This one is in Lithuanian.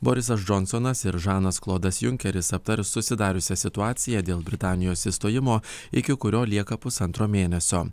borisas džonsonas ir žanas klodas junkeris aptars susidariusią situaciją dėl britanijos išstojimo iki kurio lieka pusantro mėnesio